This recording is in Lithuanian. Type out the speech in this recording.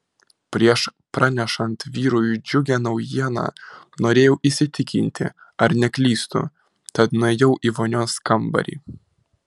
prieš pranešant vyrui džiugią naujieną norėjau įsitikinti ar neklystu tad nuėjau į vonios kambarį